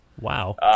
Wow